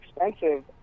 expensive